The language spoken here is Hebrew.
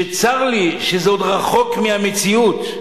שצר לי שזה עוד רחוק מהמציאות.